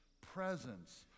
presence